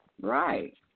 Right